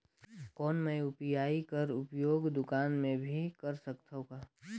कौन मै यू.पी.आई कर उपयोग दुकान मे भी कर सकथव का?